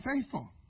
faithful